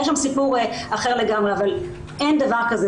היה שם סיפור אחר לגמרי, אבל אין דבר כזה.